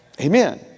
Amen